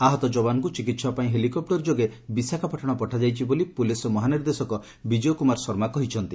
ଆହତ ଯବାନଙ୍କୁ ଚିକିହା ପାଇଁ ହେଲିକପୂର୍ ଯୋଗେ ବିଶାଖାପାଟଣା ପଠାଯାଇଛି ବୋଲି ପୁଲିସ୍ ମହାନିର୍ଦ୍ଦେଶକ ବିଜୟ କୁମାର ଶର୍ମା କହିଛନ୍ତି